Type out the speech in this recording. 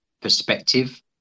perspective